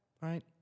right